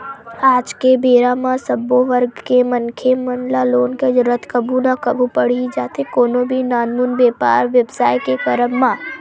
आज के बेरा म सब्बो वर्ग के मनखे मन ल लोन के जरुरत कभू ना कभू पड़ ही जाथे कोनो भी नानमुन बेपार बेवसाय के करब म